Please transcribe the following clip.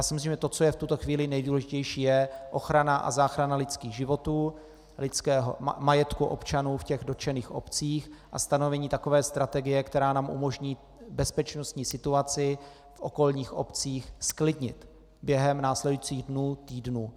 Myslím, že to, co je v tuto chvíli nejdůležitější, je ochrana a záchrana lidských životů, majetku občanů v dotčených obcích a stanovení takové strategie, která nám umožní bezpečnostní situaci v okolních obcích zklidnit během následujících dnů, týdnů.